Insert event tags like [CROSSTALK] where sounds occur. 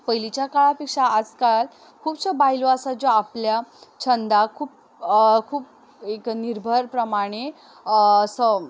पयलींच्या काळा पेक्षा आजकाल खुबश्यो बायलो आसा ज्यो आपल्या छंदाक खूब खूब एक निर्भर प्रमाणे [UNINTELLIGIBLE]